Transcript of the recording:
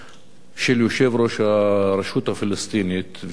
של יושב-ראש הרשות הפלסטינית ואילו